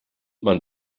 man